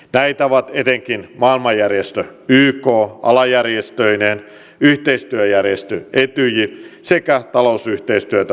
näitä ovat etenkin maailmanjärjestö yk alajärjestöineen yhteistyöjärjestö etyj sekä talousyhteistyötä tarjoava eu